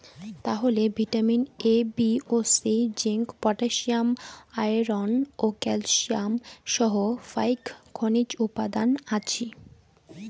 তালে vitamin A, B ও C, zinc, potassium, iron ও ক্যালসিয়াম সহ ফাইক খনিজ উপাদান আছি